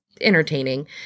entertaining